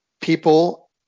people